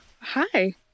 hi